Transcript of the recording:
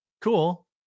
cool